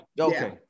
Okay